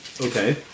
Okay